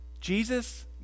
Jesus